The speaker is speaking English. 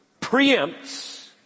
preempts